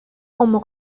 como